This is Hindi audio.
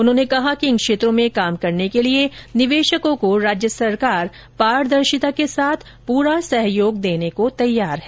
उन्होंने कहा कि इन क्षेत्रों में काम करने के लिए निवेशकों को राज्य सरकार पारदर्शिता के साथ पूरा सहयोग देने को तैयार है